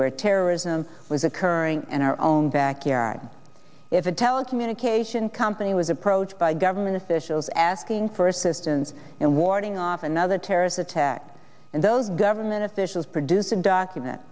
where terrorism was occurring in our own backyard if a telecommunication company was approached by government officials asking for assistance in warding off another terrorist attack and those government officials produce a document